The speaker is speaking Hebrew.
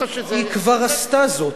היא כבר עשתה זאת.